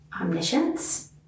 omniscience